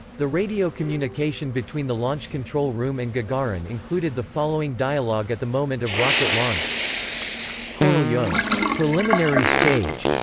the radio communication between the launch control room and gagarin included the following dialogue at the moment of rocket launch korolev preliminary stage.